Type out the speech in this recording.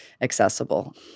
accessible